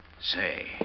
Say